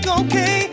okay